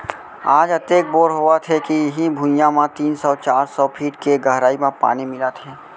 आज अतेक बोर होवत हे के इहीं भुइयां म तीन सौ चार सौ फीट के गहरई म पानी मिलत हे